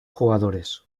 jugadores